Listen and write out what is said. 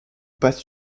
passe